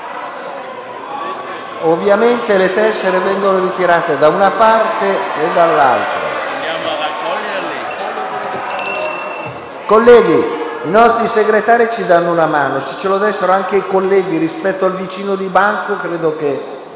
Ovviamente le tessere vengono ritirate da una parte e dall'altra. Colleghi, i nostri Segretari ci daranno una mano; se ce la dessero anche i colleghi rispetto al vicino del banco, credo che